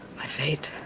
my fate,